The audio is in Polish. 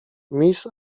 miss